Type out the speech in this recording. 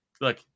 look